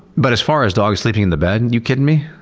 but as far as dogs sleeping in the bed, and you kidding me?